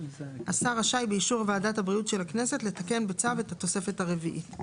השר רשאי באישור ועדת הבריאות של הכנסת לתקן בצו את התוספת הרביעית.